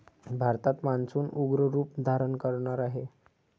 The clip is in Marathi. भारतात मान्सून उग्र रूप धारण करणार आहे